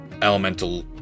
elemental